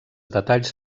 detalls